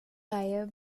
reihe